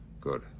good